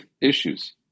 issues